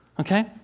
Okay